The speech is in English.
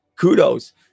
Kudos